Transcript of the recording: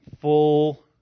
full